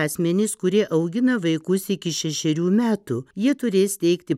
asmenys kurie augina vaikus iki šešerių metų jie turės teikti